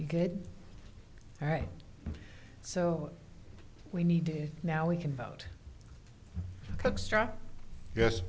good all right so we need to now we can vote yes